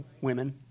Women